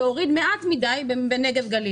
והוריד מעט מדי בנגב-גליל.